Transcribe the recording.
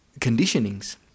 conditionings